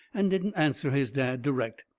and didn't answer his dad direct.